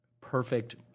perfect